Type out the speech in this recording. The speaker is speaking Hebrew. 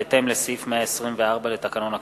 בהתאם לסעיף 124 לתקנון הכנסת.